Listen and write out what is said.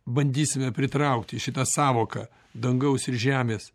bandysime pritraukti į šitą sąvoką dangaus ir žemės